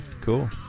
cool